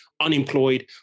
unemployed